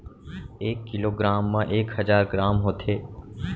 एक kilogram मा एक हजार ग्राम होथे